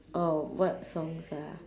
oh what songs ah